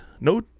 No